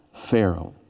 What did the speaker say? Pharaoh